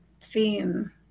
theme